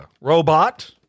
robot